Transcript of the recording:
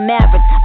Mavericks